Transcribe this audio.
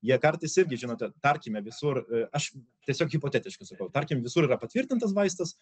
jie kartais irgi žinote tarkime visur e aš tiesiog hipotetiškai sakau tarkim visur yra patvirtintas vaistas